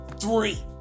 three